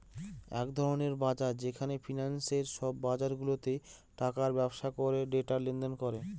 এক ধরনের বাজার যেখানে ফিন্যান্সে সব বাজারগুলাতে টাকার ব্যবসা করে ডেটা লেনদেন করে